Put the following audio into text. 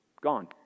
gone